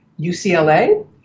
UCLA